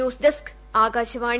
news desk Akashvani